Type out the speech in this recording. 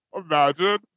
imagine